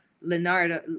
Leonardo